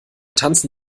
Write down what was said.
tanzen